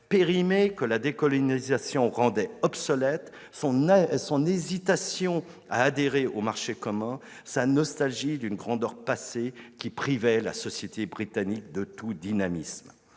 périmé, que la décolonisation rendait obsolète, son hésitation à adhérer au Marché commun et sa nostalgie d'une grandeur passée qui privait la société britannique de tout dynamisme.